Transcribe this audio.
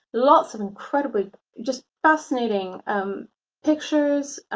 lots of incredibly just fascinating um pictures,